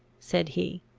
said he.